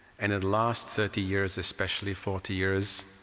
and and last thirty years, especially, forty years,